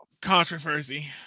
Controversy